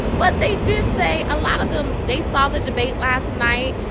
but they did say, a lot of them, they saw the debate last night,